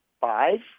five